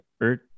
earth